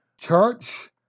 church